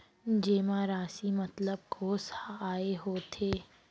जेमा राशि मतलब कोस आय होथे?